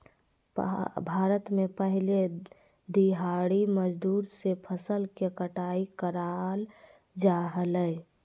भारत में पहले दिहाड़ी मजदूर से फसल के कटाई कराल जा हलय